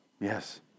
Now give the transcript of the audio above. Yes